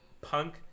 punk